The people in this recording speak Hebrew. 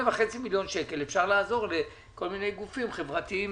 עם 8.5 מיליון שקל אפשר לעזור לכל מיני גופים חברתיים